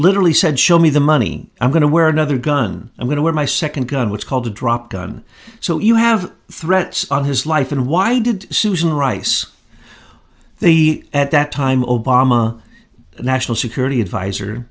literally said show me the money i'm going to wear another gun i'm going to wear my second gun what's called a drop gun so you have threats on his life and why did susan rice the at that time obama national security advis